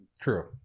True